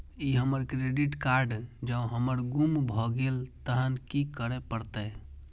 ई हमर credit card जौं हमर गुम भ गेल तहन की करे परतै?